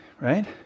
right